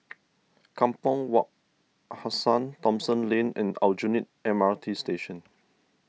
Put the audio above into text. Kampong Wak Hassan Thomson Lane and Aljunied M R T Station